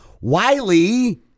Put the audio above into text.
Wiley